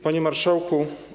Panie Marszałku!